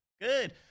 Good